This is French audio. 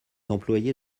employé